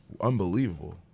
unbelievable